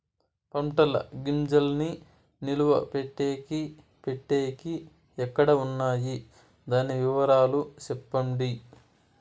పంటల గింజల్ని నిలువ పెట్టేకి పెట్టేకి ఎక్కడ వున్నాయి? దాని వివరాలు సెప్పండి?